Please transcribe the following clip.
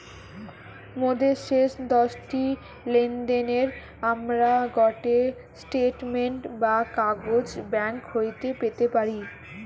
মোদের শেষ দশটি লেনদেনের আমরা গটে স্টেটমেন্ট বা কাগজ ব্যাঙ্ক হইতে পেতে পারি